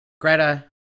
Greta